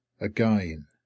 again